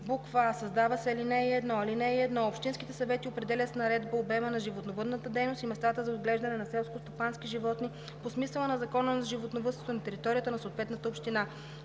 133: а) създава се ал. 1: „(1) Общинските съвети определят с наредба обема на животновъдната дейност и местата за отглеждане на селскостопански животни по смисъла на Закона за животновъдството на територията на съответната община.“;